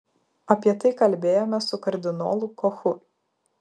apie tai kalbėjome su kardinolu kochu